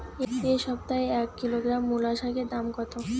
এ সপ্তাহে এক কিলোগ্রাম মুলো শাকের দাম কত?